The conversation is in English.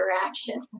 interaction